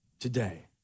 Today